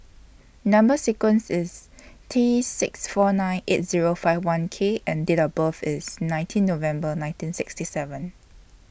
Number sequence IS T six four nine eight Zero five one K and Date of birth IS nineteen November nineteen sixty seven